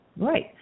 Right